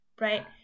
right